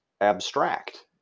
abstract